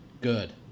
Good